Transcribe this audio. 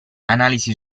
analisi